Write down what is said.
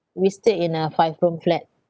we stay in a five room flat